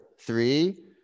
three